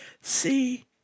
See